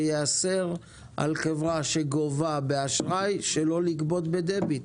שייאסר על חברה שגובה באשראי שלא לגבות בדביט.